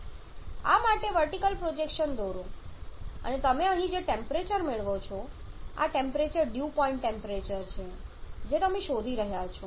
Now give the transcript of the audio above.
હવે આ માટે વર્ટિકલ પ્રોજેક્શન દોરો અને તમે અહીં જે ટેમ્પરેચર મેળવો છો આ ટેમ્પરેચર ડ્યૂ પોઇન્ટનું ટેમ્પરેચર હશે જે તમે શોધી રહ્યાં છો